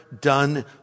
done